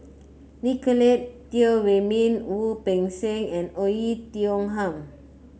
Nicolette Teo Wei Min Wu Peng Seng and Oei Tiong Ham